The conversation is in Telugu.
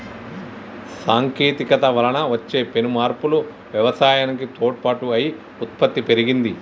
సాంకేతికత వలన వచ్చే పెను మార్పులు వ్యవసాయానికి తోడ్పాటు అయి ఉత్పత్తి పెరిగింది